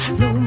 no